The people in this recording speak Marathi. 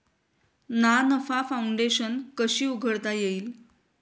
ना नफा फाउंडेशन कशी उघडता येईल?